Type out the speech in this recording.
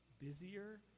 busier